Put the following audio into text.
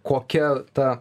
kokia ta